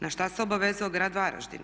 Na šta se obavezao grad Varaždin?